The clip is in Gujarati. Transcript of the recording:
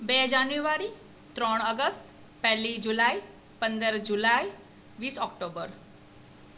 બે જાન્યુઆરી ત્રણ અગષ્ટ પહેલી જુલાઈ પંદર જુલાઈ વીસ એક્ટોબર